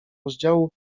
rozdziału